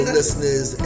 listeners